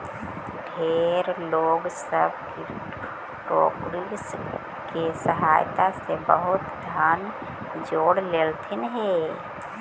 ढेर लोग सब क्रिप्टोकरेंसी के सहायता से बहुत धन जोड़ लेलथिन हे